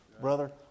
Brother